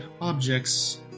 objects